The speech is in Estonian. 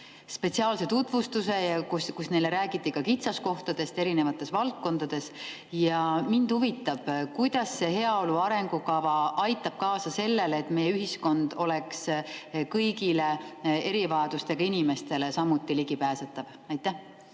spetsiaalse tutvustuse, kus neile räägiti ka eri valdkondade kitsaskohtadest. Mind huvitab, kuidas see heaolu arengukava aitab kaasa sellele, et meie ühiskond oleks kõigile erivajadustega inimestele samuti ligipääsetav. Aitäh,